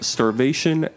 Starvation